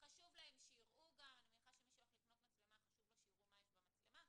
חשוב להם גם שיראו מה יש במצלמה.